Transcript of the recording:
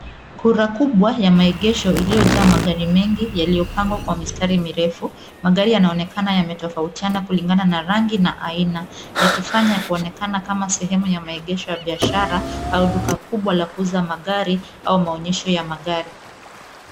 Kura kubwa ya maegezo illiyojaa magari mingi yaliyopangwa kwa mistari mirefu. Magari yanaonekana yametofautiana kulingana na rangi na aina yakifanya kuonekana kama sehemu ya maegezo ya biashara au duka kubwa la kuuza magari au maonyesho ya magari.